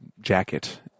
jacket